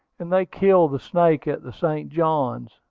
and they killed the snake at the st. johns.